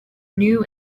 new